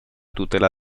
tutela